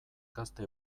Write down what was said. gazte